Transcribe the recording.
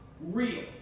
real